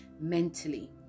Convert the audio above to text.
mentally